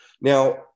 Now